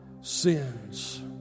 sins